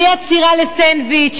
בלי עצירה לסנדוויץ',